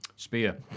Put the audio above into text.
Spear